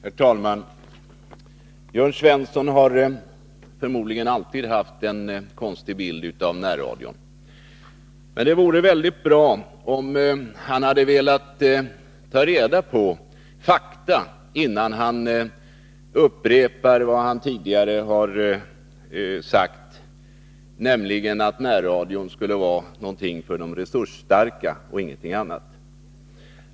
Herr talman! Jörn Svensson har förmodligen alltid haft en konstig bild av närradion. Men det vore bra om han hade velat ta reda på fakta innan han upprepar vad han tidigare har sagt, nämligen att närradion skulle vara någonting för de resursstarka och ingenting annat.